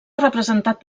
representat